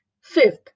Fifth